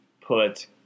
put